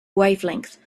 wavelength